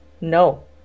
No